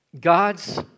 God's